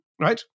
right